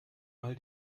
mal